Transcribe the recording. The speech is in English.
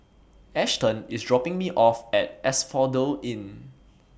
Ashton IS dropping Me off At Asphodel Inn